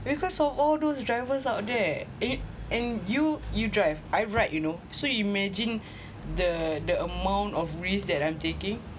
because of all those drivers out there and you you drive I ride you know so you imagine the amount of risk that I'm taking